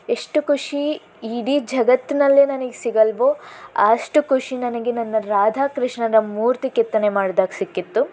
ಎಷ್ಟು ಖುಷಿ ಇಡೀ ಜಗತ್ತಿನಲ್ಲೇ ನನಗೆ ಸಿಗಲ್ವೋ ಅಷ್ಟು ಖುಷಿ ನನಗೆ ನನ್ನ ರಾಧಾಕೃಷ್ಣರ ಮೂರ್ತಿ ಕೆತ್ತನೆ ಮಾಡಿದಾಗ ಸಿಕ್ಕಿತ್ತು